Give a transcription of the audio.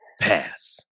Pass